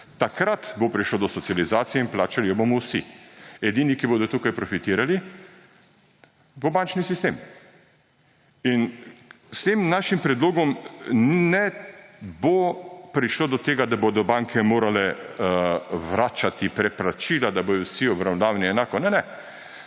Takrat bo prišlo do socializacije in plačali jo bomo vsi; edini, ki bo tukaj profitiral, bo bančni sistem. S tem našim predlogom ne bo prišlo do tega, da bodo banke morale vračati preplačila, da bodo vsi obravnavani enako. Ne, ne!